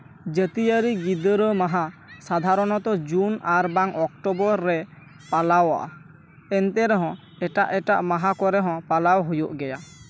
ᱡᱟᱹᱛᱤᱭᱟᱹᱨᱤ ᱜᱤᱫᱽᱨᱟᱹ ᱢᱟᱦᱟ ᱥᱟᱫᱷᱟᱨᱚᱱᱚᱛᱚ ᱡᱩᱱ ᱟᱨ ᱵᱟᱝ ᱚᱠᱴᱳᱵᱚᱨ ᱨᱮ ᱯᱟᱞᱟᱣᱚᱜᱼᱟ ᱮᱱᱛᱮ ᱨᱮᱦᱚᱸ ᱮᱴᱟᱜᱼᱮᱴᱟᱜ ᱢᱟᱦᱟ ᱠᱚᱨᱮ ᱦᱚᱸ ᱯᱟᱞᱟᱣ ᱦᱩᱭᱩᱜ ᱜᱮᱭᱟ